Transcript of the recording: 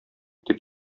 дип